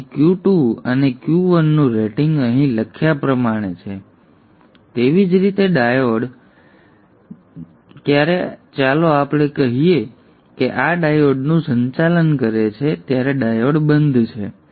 તેથી Q2 અને Q1 નું રેટિંગ અહીં લખ્યા પ્રમાણે છે તેવી જ રીતે ડાયોડ ક્યારે ચાલો આપણે કહીએ કે આ ડાયોડનું સંચાલન કરે છે ત્યારે ડાયોડ બંધ છે